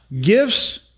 gifts